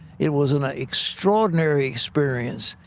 it was an ah extraordinary experience.